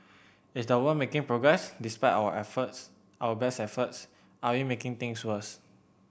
is the world making progress despite our efforts our best efforts are we making things worse